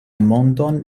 mondon